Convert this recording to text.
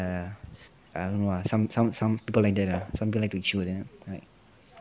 ya I don't know lah some some some people like that ah some people like to chew on them like